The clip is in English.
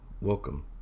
welcome